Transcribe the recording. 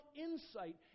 insight